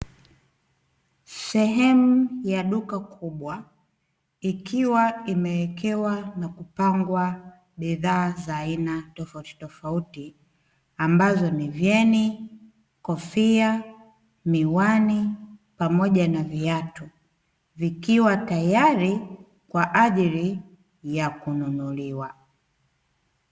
Sehemu ya duka kubwa, ikiwa imewekewa na kupangwa bidhaa za aina tofautitofauti, ambazo ni vyeni, kofia, miwani pamoja na viatu, vikiwa tayari kwa ajili ya kununuliwa.